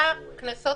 אנחנו